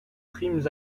primes